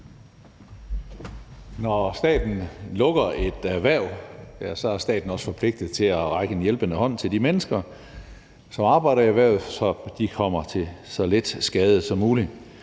Når staten lukker et erhverv, ja, så er staten også forpligtet til at række en hjælpende hånd til de mennesker, som arbejder i erhvervet, så det kommer dem til så lidt skade som muligt.